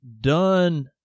done